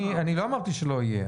לא אמרתי שלא יהיו.